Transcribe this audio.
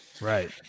Right